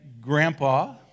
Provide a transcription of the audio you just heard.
Grandpa